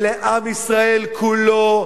אלה עם ישראל כולו,